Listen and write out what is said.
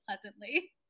pleasantly